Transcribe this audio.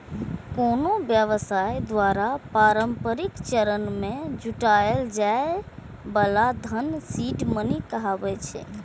कोनो व्यवसाय द्वारा प्रारंभिक चरण मे जुटायल जाए बला धन सीड मनी कहाबै छै